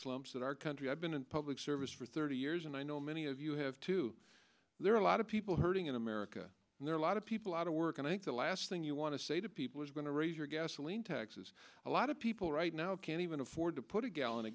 slumps that our country i've been in public service for thirty years and i know many of you have to there are a lot of people hurting in america and there are a lot of people out of work and i think the last thing you want to say to people is going to raise your gasoline taxes a lot of people right now can't even afford to put a gallon